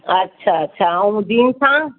अछा अछा ऐं जीन्सा